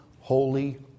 holy